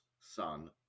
son